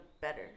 better